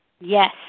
Yes